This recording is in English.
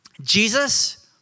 Jesus